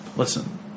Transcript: Listen